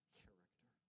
character